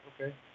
okay